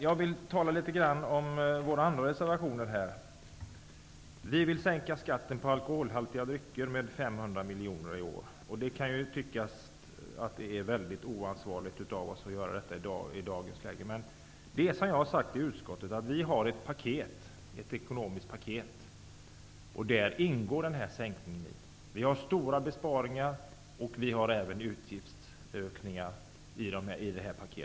Jag tänker nu tala något om våra andra reservationer. Ny demokrati vill sänka skatten på alkoholdrycker med 500 miljoner kronor i år. Det kan i dagens läge tyckas vara väldigt oansvarigt av oss. Men vi har, som jag har sagt i utskottet, ett ekonomiskt paket, i vilket den här sänkningen ingår. Vi har i detta paket förslag om stora besparingar och vi har förslag som innebär utgiftsökningar. Tyvärr är det så här.